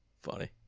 funny